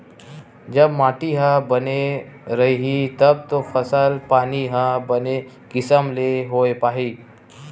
जब माटी ह बने रइही तब तो फसल पानी ह बने किसम ले होय पाही